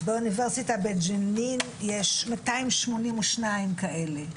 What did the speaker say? באוניברסיטה בג'נין יש מאתיים שמונים ושניים כאלה.